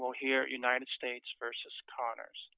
well here united states versus connors